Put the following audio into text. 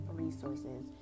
resources